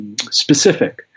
specific